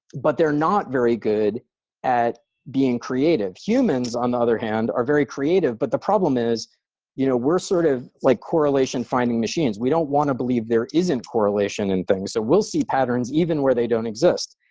but they're not very good at being creative. humans on the other hand are very creative, but the problem is you know we're sort of like correlation finding machines. we don't want to believe there isn't correlation in things. so we'll see patterns even where they don't exist.